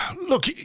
look